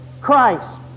Christ